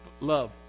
love